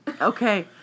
Okay